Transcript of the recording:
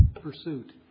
pursuit